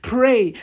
Pray